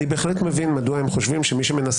אני בהחלט מבין מדוע הם חושבים שמי שמנסה